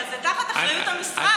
אבל זה תחת אחריות המשרד,